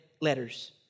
letters